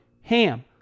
HAM